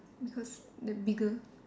because the bigger